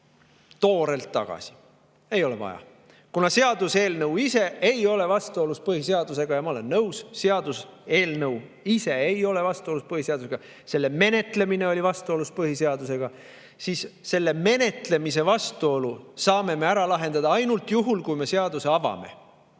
toorelt tagasi: ei ole vaja, kuna seaduseelnõu ise ei ole vastuolus põhiseadusega. Ma olen nõus, et seaduseelnõu ise ei ole vastuolus põhiseadusega. Selle menetlemine oli vastuolus põhiseadusega. Selle menetlemise vastuolu saame me ära lahendada ainult juhul, kui me seaduse avame.